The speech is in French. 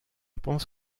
pense